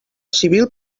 civil